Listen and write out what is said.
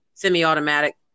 semi-automatic